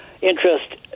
interest